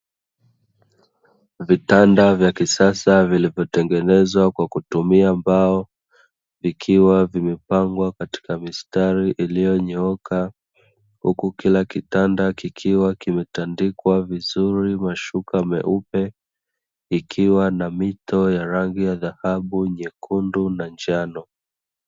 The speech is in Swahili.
Vitanda vya kisasa vilivyotengenezwa kwa kutumia mbao vikiwa vimepangwa katika mistari iliyonyooka, huku kila kitanda kikiwa kimetandikwa vizuri mashuka meupe ikiwa na mito ya rangi ya dhahabu, nyekundu na njano.